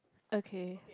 okay